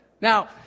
Now